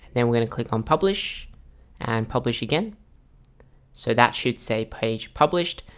then we're gonna click on publish and publish again so that should say page published.